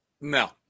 No